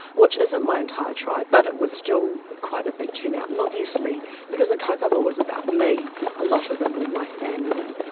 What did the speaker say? which isn't my entire tribe but it was still quite a big turnout and obviously because the kaupapa was about me a lot of them were my family.